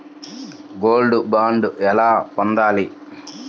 Gold bond ఎలా పొందాలి?